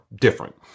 different